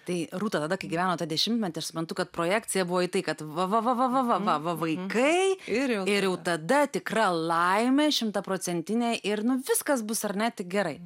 tai rūta tada kai gyvenot tą dešimtmetį aš suprantu kad projekcija buvo į tai kad va va va va va va va vaikai ir jau tada tikra laimė šimtaprocentinė ir nu viskas bus ar ne tik gerai